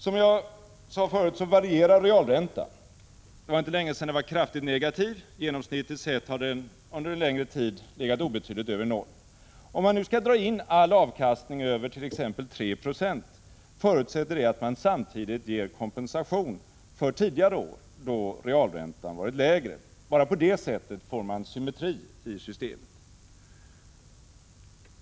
Som jag sade förut varierar realräntan. Det var inte länge sedan den var kraftigt negativ. Genomsnittligt sett har den under en längre tid legat obetydligt över noll. Om man nu skall dra in all avkastning över t.ex. 3 Io förutsätter det att man samtidigt ger kompensation för tidigare år då realräntan varit lägre. Bara på det sättet blir det symmetri i systemet.